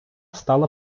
стала